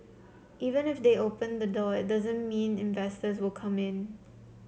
even if they open the door it doesn't mean investors will come in